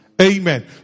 Amen